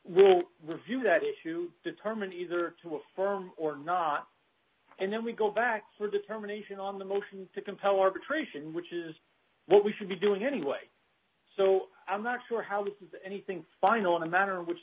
will review that issue determine either to affirm or not and then we go back for a determination on the motion to compel arbitration which is what we should be doing anyway so i'm not sure how this is anything final in the manner in which